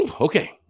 Okay